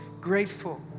grateful